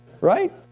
Right